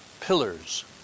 Pillars